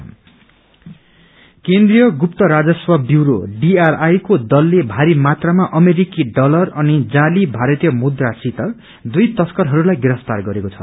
fake currency केन्द्रीय गुप्त राजस्व ब्यूरो डीआरआई क्रे दलले भारी मात्रामा अमेरिकी डलर अनि जाली भारतीय मुद्रसित दुइ तस्करहरूलाई गिरफ्तार गरेको छ